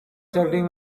setting